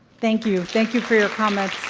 thank you. thank you for your comments,